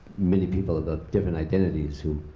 many people of ah different identities, who